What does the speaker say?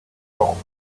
results